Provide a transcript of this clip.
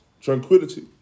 tranquility